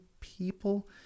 people